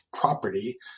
property